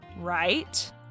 Right